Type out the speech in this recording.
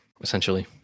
essentially